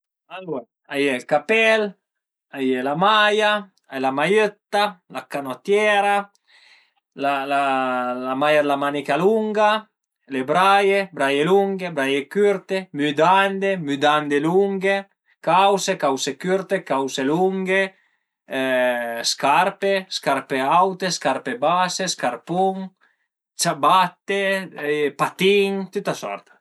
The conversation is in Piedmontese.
Alura a ie ël capèl, a ie la maia, la maiëtta, la canotiera, la maia d'la manica lunga, le braie, braie lunghe, braie cürte, müdande, müdande lunghe, cause, cause cürte, cause lunghe, scarpe, scarpe aute, scarpe base, scarpun, ciabatte, patin, tüta sorta